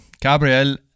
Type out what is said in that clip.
Gabriel